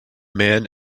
man